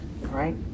right